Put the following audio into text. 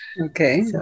Okay